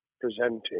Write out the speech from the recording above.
presenting